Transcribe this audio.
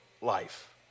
life